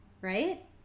right